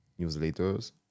newsletters